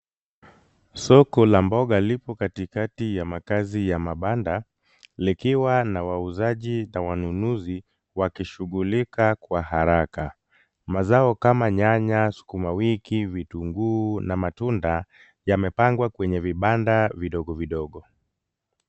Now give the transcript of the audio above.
Soko la mboga lipo katikati ya makazi ya mabanda likiwa na wauzaji na wanunuzi wakishughulika kwa haraka. Mazao kama nyanya, sukuma wiki, vitunguu na matunda yamepangwa kwenye vibanda vidogo vidogo.